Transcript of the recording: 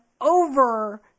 over